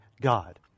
God